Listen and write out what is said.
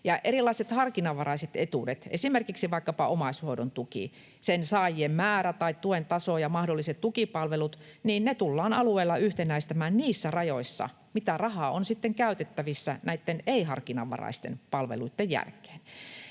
erilaiset harkinnanvaraiset etuudet, esimerkiksi vaikkapa omaishoidon tuki — sen saajien määrä tai tuen taso ja mahdolliset tukipalvelut tullaan alueilla yhtenäistämään niissä rajoissa, joissa rahaa on sitten käytettävissä näitten ei-harkinnanvaraisten palveluitten jälkeen.